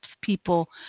people